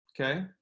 Okay